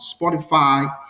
Spotify